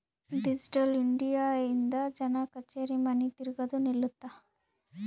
digital India ಇಂದ ಜನ ಕಛೇರಿ ಮನಿ ತಿರ್ಗದು ನಿಲ್ಲುತ್ತ